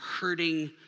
hurting